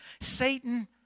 Satan